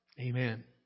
Amen